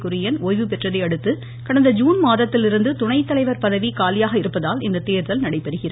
குரியன் ஓய்வு பெற்றதையடுத்து கடந்த ஜுன் மாதத்திலிருந்து துணைத்தலைவர் பதவி காலியாக இருப்பதால் இந்த தேர்தல் நடைபெறுகிறது